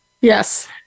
Yes